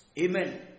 Amen